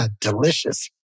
Delicious